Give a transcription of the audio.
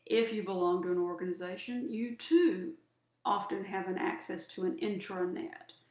if you belong to an organization, you too often have an access to an intranet.